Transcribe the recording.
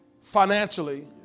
financially